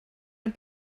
ein